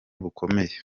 bukomeye